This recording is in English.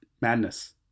Madness